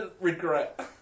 regret